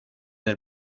del